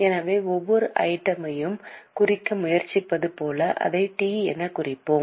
எனவே ஒவ்வொரு ஐட்டம் யையும் குறிக்க முயற்சிப்பது போல அதை T எனக் குறிப்போம்